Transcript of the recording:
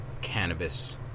cannabis